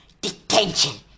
Detention